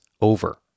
Over